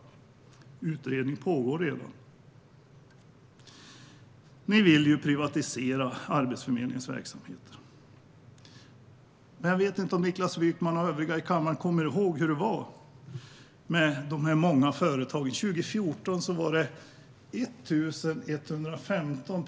Utredning pågår redan. Ni vill privatisera Arbetsförmedlingens verksamhet. Men jag undrar om Niklas Wykman och övriga i kammaren kommer ihåg hur det var med alla företag som gjorde affärer med Arbetsförmedlingen.